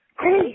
Hey